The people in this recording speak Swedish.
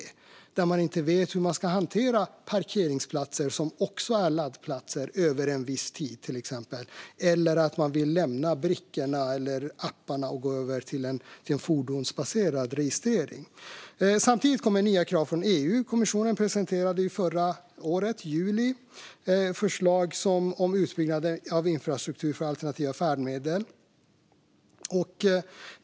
Det kan handla om att man inte vet hur man ska hantera parkeringsplatser som också är laddplatser, till exempel, eller om att man vill lämna brickorna eller apparna och gå över till en fordonsbaserad registrering. Samtidigt kommer nya krav från EU. Kommissionen presenterade förra året, i juli, förslag om utbyggnaden av infrastruktur för alternativa färdmedel.